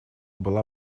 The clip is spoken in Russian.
была